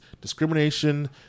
Discrimination